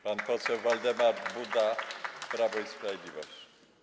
Pan poseł Waldemar Buda, Prawo i Sprawiedliwość.